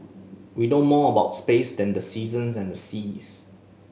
we know more about space than the seasons and the seas